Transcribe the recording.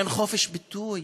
אין חופש ביטוי,